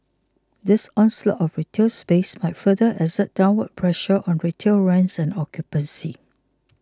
this onslaught of retail space might further exert downward pressure on retail rents and occupancy